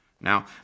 Now